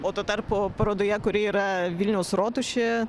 o tuo tarpu parodoje kuri yra vilniaus rotušėje